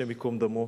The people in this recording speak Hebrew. השם ייקום דמו,